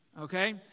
okay